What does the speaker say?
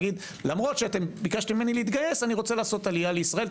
לומר: למרות שביקשתם ממני להתגייס אני רוצה לעשות עלייה לישראל,